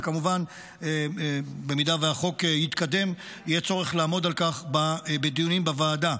וכמובן שאם החוק יתקדם יהיה צורך לעמוד על כך בדיונים בוועדה: